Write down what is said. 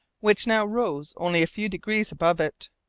which now rose only a few degrees above it.